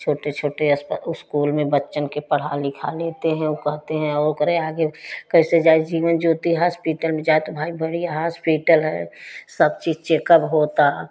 छोटे छोटे उस्कूल में बच्चन पढ़ा लिखा लेते हैं उ कहते हैं ओ करे आगे कैसे जाए जीवन ज्योति हॉस्पिटल में जा तुम्हारी बढ़िया हॉस्पिटल है सब चीज़ चेकब होता